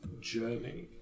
journey